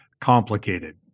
complicated